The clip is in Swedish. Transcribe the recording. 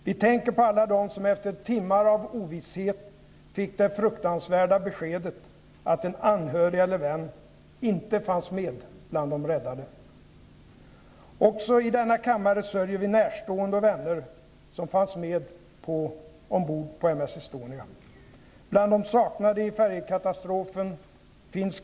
Vi tänker på alla dem som efter timmar av ovisshet fick det fruktansvärda beskedet att en anhörig eller vän inte fanns med bland de räddade. Också i denna kammare sörjer vi närstående och vänner som fanns med ombord på M/S Estonia.